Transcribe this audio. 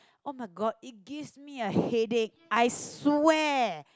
oh-my-god it gives me a headache I swear